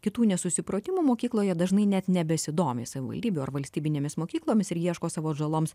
kitų nesusipratimų mokykloje dažnai net nebesidomi savivaldybių ar valstybinėmis mokyklomis ir ieško savo atžaloms